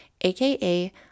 aka